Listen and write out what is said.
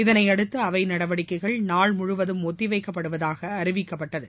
இதனையடுத்து அவை நடவடிக்கைகள் நாள் முழுவதும் ஒத்திவைக்கப்படுவதாக அறிவிக்கப்பட்டது